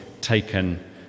taken